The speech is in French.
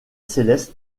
céleste